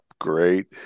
Great